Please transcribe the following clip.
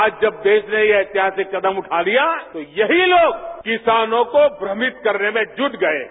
आज जब देरा ने यह ऐतिहासिक कदम उठा लिया तो यही लोग किसानों को भ्रमित करने में जुट गये हैं